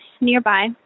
nearby